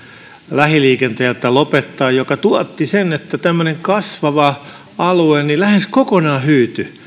lähiliikenteeltä lopettaa se tuotti sen että tämmöinen kasvava alue lähes kokonaan hyytyi